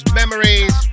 memories